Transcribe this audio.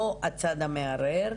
לא הצד המערער,